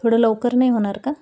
थोडं लवकर नाही होणार का